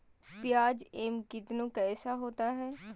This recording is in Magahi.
प्याज एम कितनु कैसा होता है?